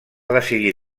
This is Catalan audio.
decidir